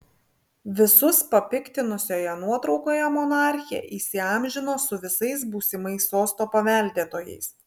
visus papiktinusioje nuotraukoje monarchė įsiamžino su visais būsimais sosto paveldėtojais